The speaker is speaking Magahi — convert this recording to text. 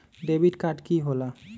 डेबिट काड की होला?